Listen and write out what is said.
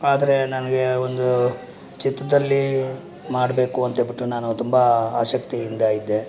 ಆದರೆ ನನಗೆ ಒಂದು ಚಿತ್ರದಲ್ಲಿ ಮಾಡಬೇಕು ಅಂತ ಹೇಳಿಬಿಟ್ಟು ನಾನು ತುಂಬ ಆಸಕ್ತಿಯಿಂದ ಇದ್ದೆ